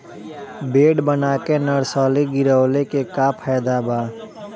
Bed बना के nursery गिरवले के का फायदा बा?